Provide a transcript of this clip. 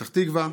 בפתח תקווה,